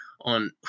on